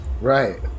Right